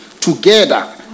together